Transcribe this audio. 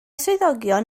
swyddogion